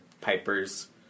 Piper's